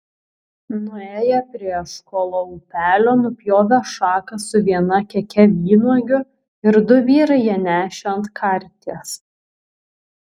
nuėję prie eškolo upelio nupjovė šaką su viena keke vynuogių ir du vyrai ją nešė ant karties